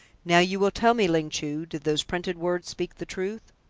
now, you will tell me, ling chu, did those printed words speak the truth?